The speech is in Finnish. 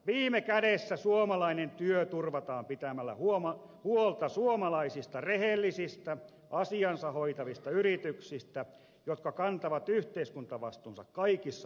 viime kädessä suomalainen työ turvataan pitämällä huolta suomalaisista rehellisistä asiansa hoitavista yrityksistä jotka kantavat yhteiskuntavastuunsa kaikissa olosuhteissa